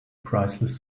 priceless